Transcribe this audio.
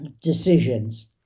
decisions